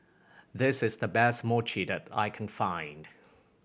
this is the best Mochi that I can find